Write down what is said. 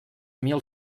mil